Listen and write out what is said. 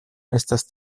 estas